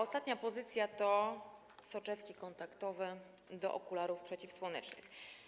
Ostatnia pozycja to soczewki kontaktowe do okularów przeciwsłonecznych.